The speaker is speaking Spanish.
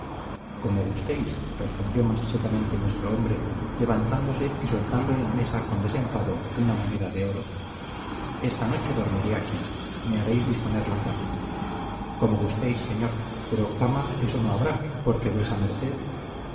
como gustéis respondió más secamente nuestro hombre levantándose y soltando en la mesa con desenfado una moneda de oro esta noche dormiré aquí me haréis disponer la cama como gustéis señor pero cama eso no habrá porque vuesa merced